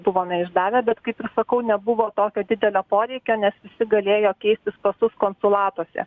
buvome išdavę bet kaip ir sakau nebuvo tokio didelio poreikio nes visi galėjo keistis pasus konsulatuose